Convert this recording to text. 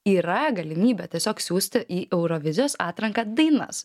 yra galimybė tiesiog siųsti į eurovizijos atranką dainas